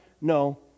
No